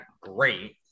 great